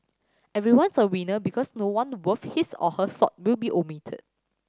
everyone's a winner because no one worth his or her salt will be omitted